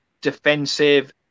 defensive